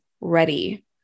ready